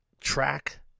track